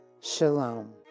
Shalom